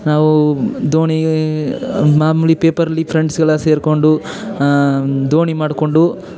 ನಾವು ದೋಣಿ ಮಾಮೂಲಿ ಪೇಪರಲ್ಲಿ ಫ್ರೆಂಡ್ಸೆಲ್ಲ ಸೇರಿಕೊಂಡು ದೋಣಿ ಮಾಡಿಕೊಂಡು